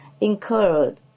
incurred